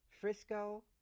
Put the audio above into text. frisco